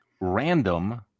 random